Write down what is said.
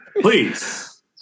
please